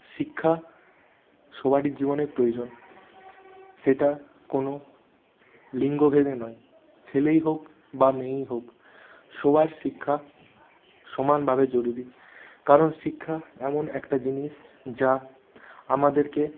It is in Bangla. শিক্ষা সবারই জীবনে প্রয়োজন সেটা কোনো লিঙ্গভেদে নয় ছেলেই হোক বা মেয়েই হোক সোবার শিক্ষা সমানভাবে জরুরী কারণ শিক্ষা এমন একটা জিনিস যা আমাদেরকে